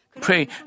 pray